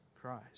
Christ